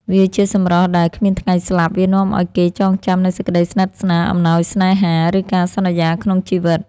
វាជាសម្រស់ដែល គ្មានថ្ងៃស្លាប់ វានាំឲ្យគេចងចាំនូវសេចក្ដីស្និទ្ធស្នាល អំណោយស្នេហា ឬការសន្យាក្នុងជីវិត។